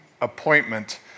appointment